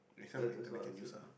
that that's what I would say